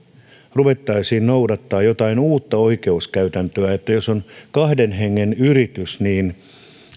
ruvettaisiin noudattamaan jotain uutta oikeuskäytäntöä että jos on kahden hengen yritys niin